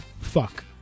fuck